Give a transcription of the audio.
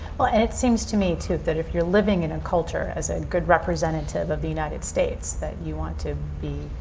but and it seems to me, too, if you're living in a culture, as a good representative of the united states, that you want to be